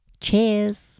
Cheers